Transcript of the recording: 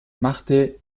machte